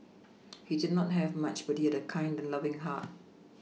he did not have much but he had a kind and loving heart